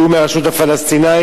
שהוא מהרשות הפלסטינית,